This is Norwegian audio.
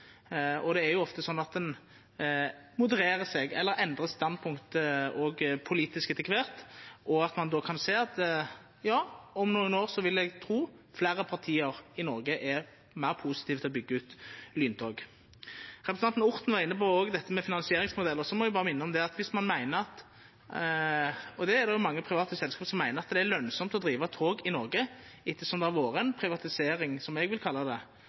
modererer seg eller endrar standpunkt òg politisk etter kvart, og eg vil tru at ein om nokre år kan sjå at fleire parti i Noreg er meir positive til å byggja ut lyntog. Representanten Orten var også inne på dette med finansieringsmodell. Eg må minna om at dersom ein meiner, noko mange private selskap gjer, at det er lønsamt å driva tog i Noreg – ettersom det har vore ei privatisering, som eg vil kalla det,